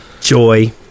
joy